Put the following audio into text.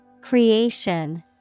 Creation